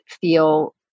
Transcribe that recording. feel